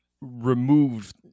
removed